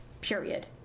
Period